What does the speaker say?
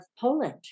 Poland